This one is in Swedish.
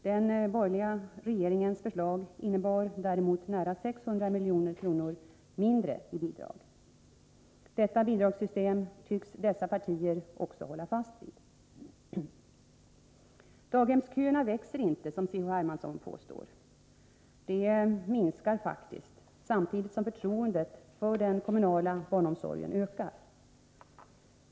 Den borgerliga regeringens förslag innebar däremot nära 600 milj.kr. mindre i bidrag. Detta bidragssystem tycks dessa partier också hålla fast vid. Daghemsköerna växer inte som C.-H. Hermansson påstår. De minskar faktiskt, samtidigt som förtroendet för den kommunala barnomsorgen ökar.